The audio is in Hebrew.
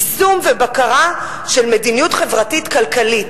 יישום ובקרה של מדיניות חברתית-כלכלית.